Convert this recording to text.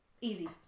Easy